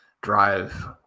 drive